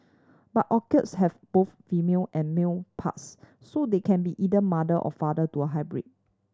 but orchids have both female and male parts so they can be either mother or father to a hybrid